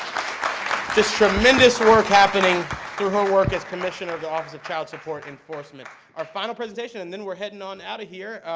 just tremendous work happening through her work as commissioner of the office of child support enforcement. our final presentation, and then we're heading on out of here,